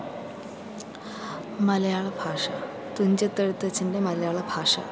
മലയാളഭാഷ തുഞ്ചത്തെഴുത്തച്ഛൻ്റെ മലയാള ഭാഷ